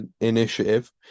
initiative